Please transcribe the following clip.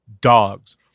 dogs